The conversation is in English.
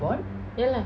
ya lah